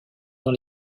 dans